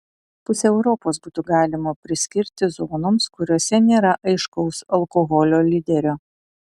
pusę europos būtų galima priskirti zonoms kuriose nėra aiškaus alkoholio lyderio